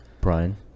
Brian